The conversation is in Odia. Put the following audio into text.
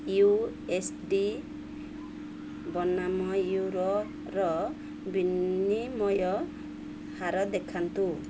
ୟୁ ଏସ୍ ଡ଼ି ବନାମ ୟୁରୋର ବିନିମୟ ହାର ଦେଖାନ୍ତୁ